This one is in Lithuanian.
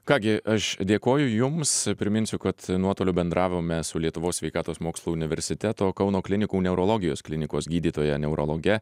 ką gi aš dėkoju jums priminsiu kad nuotoliu bendravome su lietuvos sveikatos mokslų universiteto kauno klinikų neurologijos klinikos gydytoja neurologe